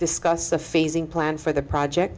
discuss the phasing plans for the project